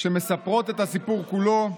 שמספרות את הסיפור כולו,